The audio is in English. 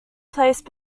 placed